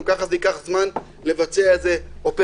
גם ככה זה ייקח זמן לבצע את זה אופרטיבית,